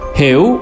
hiểu